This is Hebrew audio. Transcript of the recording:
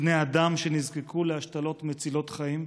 בני אדם שנזקקו להשתלות מצילות חיים.